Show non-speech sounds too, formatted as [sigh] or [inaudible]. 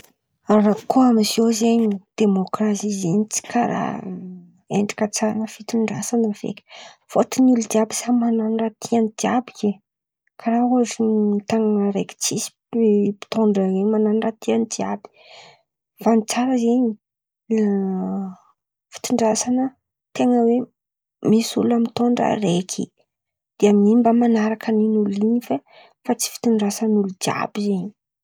Koa amiziô zen̈y demokrasy zen̈y tsy karà endrika tsara amin̈'ny fitondrasan̈a feky, fôtony olo jiàby samy man̈ano raha tian̈y jiàby. Ke karà ôtriny tan̈àna araiky tsisy mpitondra ren̈y man̈ano raha tian̈y jiàby, fa ny tsara zen̈y [hesitation] fitondrasan̈a ten̈a hoe: misy olo mitondra araiky de amin̈'iny mba man̈araka an'in̈y olo in̈y fa tsy fitondrasany olo jiàby zen̈y.